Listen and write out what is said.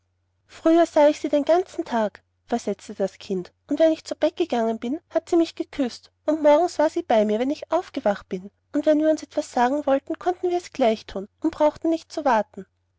früher sah ich sie den ganzen tag versetzte das kind und wenn ich zu bett gegangen bin hat sie mich geküßt und morgens war sie bei mir wenn ich aufgewacht bin und wenn wir uns etwas sagen wollten konnten wir's gleich thun und brauchten nicht zu warten